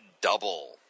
Double